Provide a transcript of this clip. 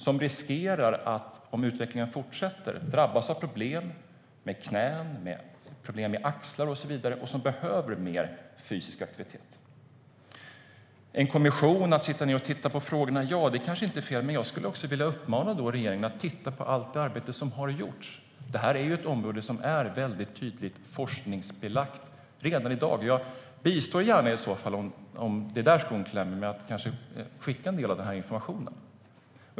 De riskerar, om utvecklingen fortsätter, att drabbas av problem med knän, axlar och så vidare. De behöver mer fysisk aktivitet. En kommission som ska sitta ned och titta på frågorna kanske inte är fel. Men jag skulle också vilja uppmana regeringen att titta på allt arbete som har gjorts. Detta är ett område som är mycket tydligt forskningsbelagt redan i dag. Jag bistår gärna i så fall, om det är där skon klämmer, genom att kanske skicka en del av denna information.